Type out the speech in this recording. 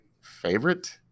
favorite